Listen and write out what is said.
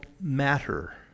matter